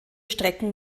strecken